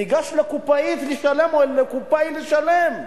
הוא ניגש אל הקופאית לשלם, או לקופאי לשלם,